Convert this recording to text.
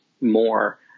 more